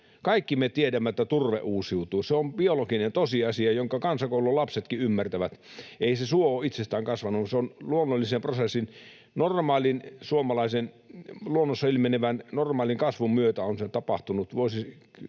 Kaikki me tiedämme, että turve uusiutuu. Se on biologinen tosiasia, jonka kansakoulun lapsetkin ymmärtävät. Ei se suo ole itsestään kasvanut, se on luonnollisen prosessin, normaalin suomalaisen luonnossa ilmenevän normaalin kasvun myötä tapahtunut